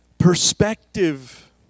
perspective